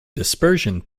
dispersion